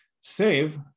save